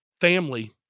family